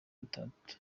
butatu